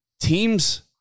teams